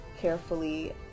carefully